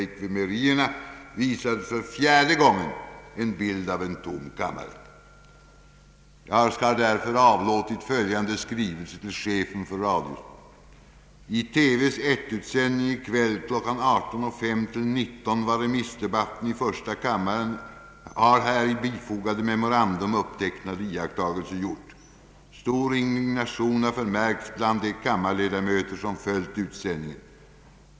Jag har därför avlåtit följande skrivelse till chefen för Sveriges Radio: ”I TV 1:s utsändning i kväll kl. 18.05 —L19.00 av remissdebatten i första kammaren har i här bifogade memorandum upptecknade iakttagelser gjorts. Stor indignation har förmärkts bland de kammarledamöter som följt utsändningen. Statsverkspropositionen m.m.